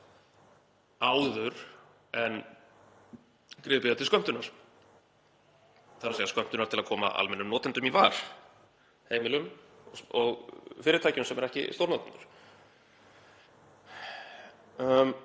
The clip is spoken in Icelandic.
áður en gripið er til skömmtunar, þ.e. skömmtunar til að koma almennum notendum í var, heimilum og fyrirtækjum sem eru ekki stórnotendur.